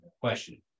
question